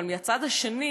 אבל מהצד האחר,